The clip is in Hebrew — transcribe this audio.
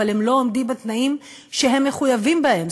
אבל הם לא עומדים בתנאים שהם מחויבים בהם,